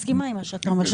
אני מסכימה עם מה שאתה אומר,